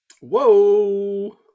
Whoa